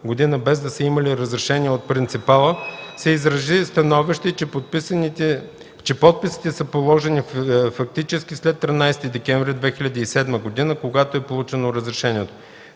без да са имали разрешение от принципала, се изрази становище, че подписите са положени фактически след 13 декември 2007 г., когато е получено разрешението.